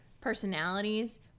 personalities